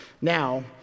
Now